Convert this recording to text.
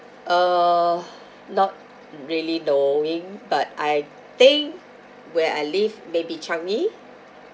uh not really knowing but I think where I live maybe changi